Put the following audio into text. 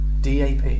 DAP